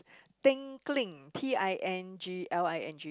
tingling T I N G L I N G